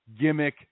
gimmick